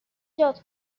جات